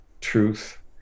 truth